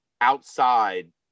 outside